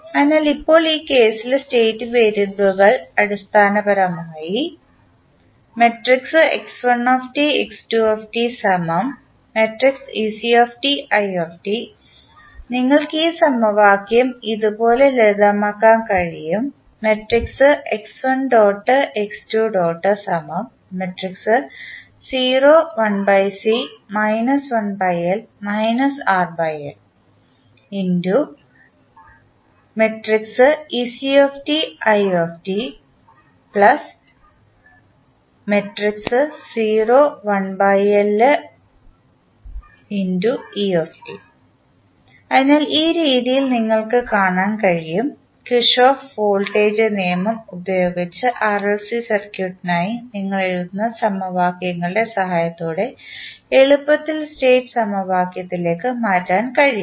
അതിനാൽ ഇപ്പോൾ ഈ കേസിലെ സ്റ്റേറ്റ് വേരിയബിളുകൾ അടിസ്ഥാനപരമായി നിങ്ങൾക്ക് ഈ സമവാക്യം ഇതുപോലെ ലളിതമാക്കാൻ കഴിയും അതിനാൽ ഈ രീതിയിൽ നിങ്ങൾക്ക് കാണാൻ കഴിയും കിർചോഫ് kirchoff's വോൾട്ടേജ് നിയമം ഉപയോഗിച്ച് ആർഎൽസി സർക്യൂട്ടിനായി നിങ്ങൾ എഴുതുന്ന സമവാക്യങ്ങളുടെ സഹായത്തോടെ എളുപ്പത്തിൽ സ്റ്റേറ്റ് സമവാക്യത്തിലേക്ക് മാറ്റാൻ കഴിയും